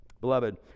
Beloved